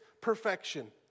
perfection